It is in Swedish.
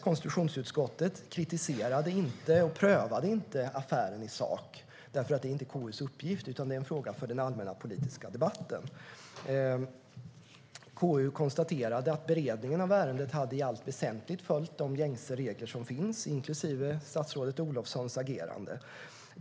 Konstitutionsutskottet kritiserade inte - och prövade inte - affären i sak, för det är inte KU:s uppgift, utan det är en fråga för den allmänna politiska debatten. KU konstaterade att beredningen av ärendet i allt väsentligt hade följt de regler som finns, inklusive statsrådet Olofssons agerande.